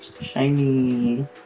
shiny